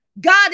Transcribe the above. God